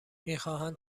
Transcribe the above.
میخواهند